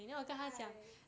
why